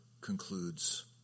concludes